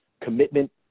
commitment